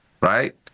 Right